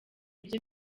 byo